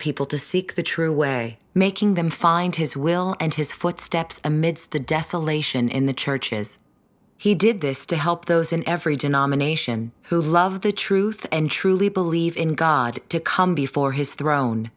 people to seek the true way making them find his will and his footsteps amidst the desolation in the churches he did this to help those in every denomination who love the truth and truly believe in god to come before his throne